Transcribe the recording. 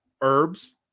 herbs